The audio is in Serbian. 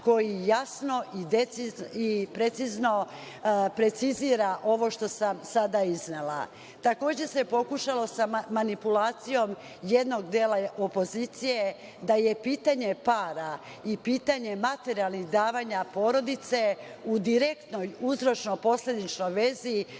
koji jasno i precizno precizira ovo što sam sada iznela. Pokušalo se sa manipulacijom jednog dela opozicije, da je pitanje para i pitanje materijalnih davanja porodice u direktnoj uzročno-posledičnoj vezi